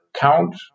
count